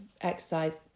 exercise